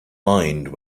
mind